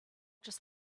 just